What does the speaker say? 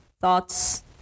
thoughts